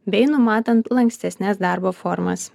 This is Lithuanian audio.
bei numatant lankstesnes darbo formas